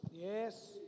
Yes